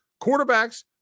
quarterbacks